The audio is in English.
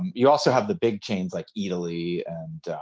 you also have the big chains like eataly and,